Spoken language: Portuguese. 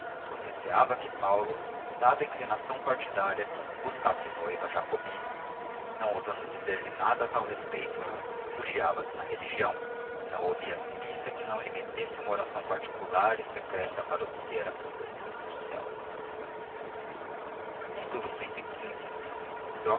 só receava que paulo dada a inclinação partidária buscasse noiva jacobina não ousando dizer-lhe nada a tal respeito refugiava-se na religião e não ouvia missa que lhe não metesse uma oração particular e secreta para obter a proteção do céu cxv